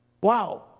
Wow